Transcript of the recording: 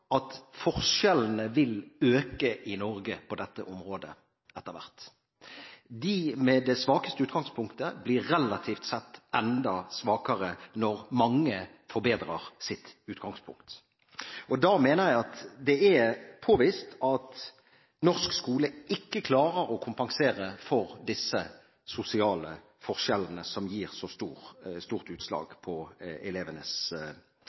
vil øke på dette området etter hvert. De med det svakeste utgangspunktet blir relativt sett enda svakere når mange forbedrer sitt utgangspunkt. Jeg mener at det er påvist at norsk skole ikke klarer å kompensere for de sosiale forskjellene som gir så stort utslag på elevenes